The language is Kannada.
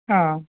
ಹಾಂ